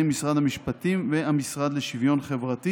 משרד המשפטים והמשרד לשוויון חברתי